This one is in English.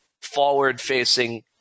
forward-facing